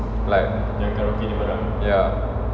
like ya